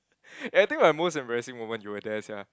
and I think my most embarrassing moment you were there sia